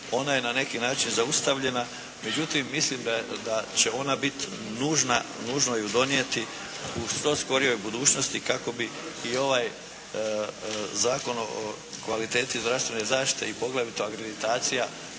ona je na neki način zaustavljena. Međutim mislim da će ona biti nužno ju donijeti u što skorijoj budućnosti kako bi i ovaj Zakon o kvaliteti zdravstvene zaštite i poglavito akreditacija